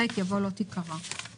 אני פותח את הישיבה, אנחנו בעצם